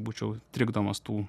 būčiau trikdomas tų